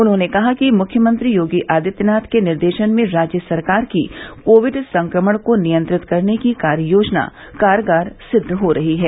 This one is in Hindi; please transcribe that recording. उन्होंने कहा कि मुख्यमंत्री योगी आदित्यनाथ के निर्देशन में राज्य सरकार की कोविड संक्रमण को नियंत्रित करने की कार्य योजना कारगर सिद्व हो रही है